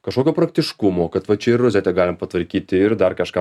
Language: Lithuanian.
kažkokio praktiškumo kad va čia ir rozetę galima patvarkyti ir dar kažką